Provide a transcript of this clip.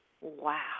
Wow